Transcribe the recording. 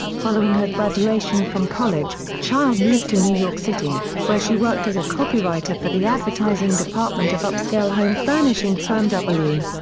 following her graduation from college, child moved to new york city, where she worked as a copywriter for the advertising department of upscale home-furnishing firm w.